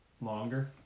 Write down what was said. Longer